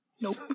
Nope